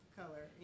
color